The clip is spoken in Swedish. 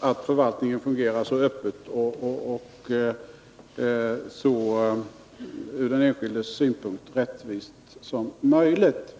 att förvaltningen fungerar så öppet och från den enskildes synpunkt rättvist som möjligt.